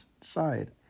side